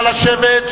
נא לשבת,